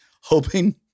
hoping